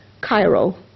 Cairo